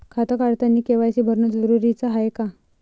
खातं काढतानी के.वाय.सी भरनं जरुरीच हाय का?